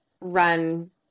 run